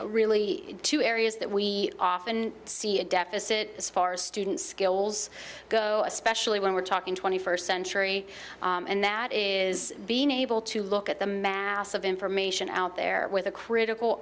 a really two areas that we often see a deficit as far as student skills go especially when we're talking twenty first century and that is being able to look at the mass of information out there with a critical